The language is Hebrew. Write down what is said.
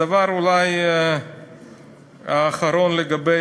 הדבר אולי האחרון, לגבי